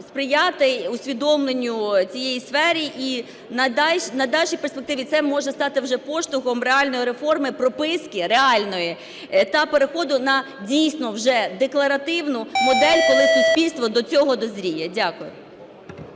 сприяти усвідомленню цієї сфери і на дальшій перспективі, це може стати вже поштовхом реальної реформи прописки, реальної, та переходу на дійсно вже декларативну модель, коли суспільство до цього дозріє. Дякую.